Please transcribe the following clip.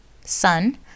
Sun